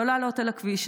לא לעלות על הכביש,